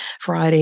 Friday